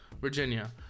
virginia